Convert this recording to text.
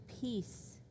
peace